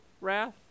wrath